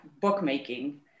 bookmaking